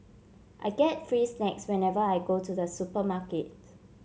I get free snacks whenever I go to the supermarket